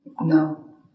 no